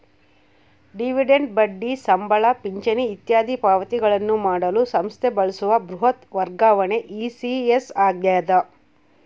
dividend ಬಡ್ಡಿ ಸಂಬಳ ಪಿಂಚಣಿ ಇತ್ಯಾದಿ ಪಾವತಿಗಳನ್ನು ಮಾಡಲು ಸಂಸ್ಥೆ ನಡೆಸುವ ಬೃಹತ್ ವರ್ಗಾವಣೆ ಇ.ಸಿ.ಎಸ್ ಆಗ್ಯದ